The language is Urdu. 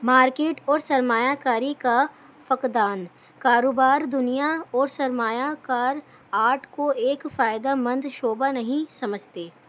مارکیٹ اور سرمایہ کاری کا فقدان کاروبار دنیا اور سرمایہ کار آرٹ کو ایک فائدہ مند شعبہ نہیں سمجھتے